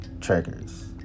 triggers